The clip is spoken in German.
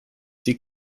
sie